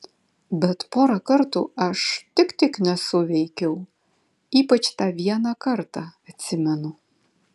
bet porą kartų aš tik tik nesuveikiau ypač tą vieną kartą atsimenu